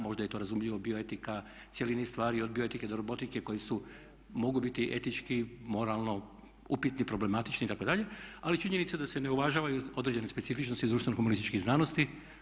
Možda je to razumljivo, bio-etika, cijeli niz stvari od bio-etike do robotike koji mogu biti etički, moralno upitni, problematični itd., ali je činjenica da se ne uvažavaju određene specifičnosti društveno humanističkih znanosti.